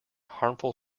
harmful